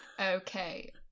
Okay